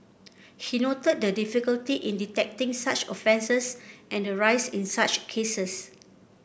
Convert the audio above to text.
he noted the difficulty in detecting such offences and the rise in such cases